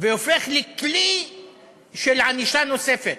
והופך לכלי של ענישה נוספת.